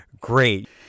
great